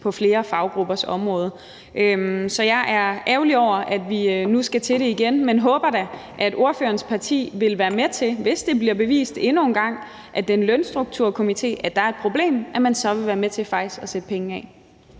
på flere faggruppers område. Så jeg er ærgerlig over, at vi nu skal til det igen, men håber da, at ordførerens parti vil være med til faktisk at sætte penge af, hvis det bliver bevist endnu en gang af den lønstrukturkomité, at der er et problem. Kl. 15:59 Den fg. formand (Annette Lind):